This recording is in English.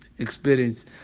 experience